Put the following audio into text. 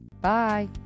Bye